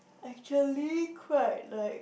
actually quite like